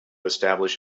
establish